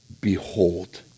behold